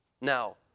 Now